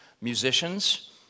musicians